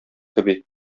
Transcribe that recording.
кеби